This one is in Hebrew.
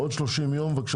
בעוד 30 ימים תתקיים